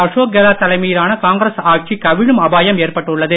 அசோக் கெலாட் தலைமையிலான காங்கிரஸ் ஆட்சி கவிழும் அபாயம் ஏற்பட்டுள்ளது